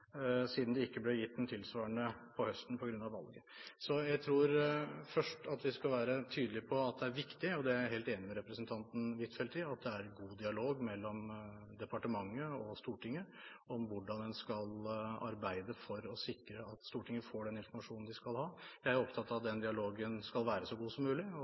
siden det ikke ble gitt en tilsvarende på høsten på grunn av valget. Så jeg tror at vi først skal være tydelige på at det er viktig – og det er jeg helt enig med representanten Huitfeldt i – at det er en god dialog mellom departementet og Stortinget om hvordan en skal arbeide for å sikre at Stortinget får den informasjonen det skal ha. Jeg er opptatt av at den dialogen skal være så god som mulig.